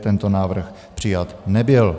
Tento návrh přijat nebyl.